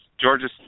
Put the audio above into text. Georgia